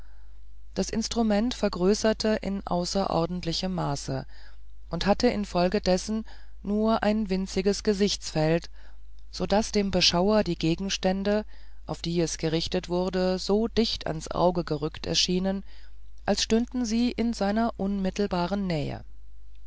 das instrument vergrößerte in außerordentlichem maße und hatte infolgedessen nur ein winziges gesichtsfeld so daß dem beschauer die gegenstände auf die es gerichtet wurde so dicht ans auge gerückt erschienen als stünden sie in seiner unmittelbaren nähe